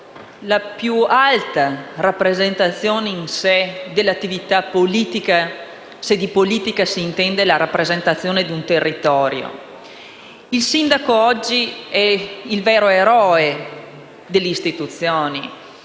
la più alta rappresentazione dell'attività politica, se per politica si intende la rappresentanza di un territorio. Il sindaco, oggi, è il vero eroe delle istituzioni,